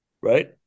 right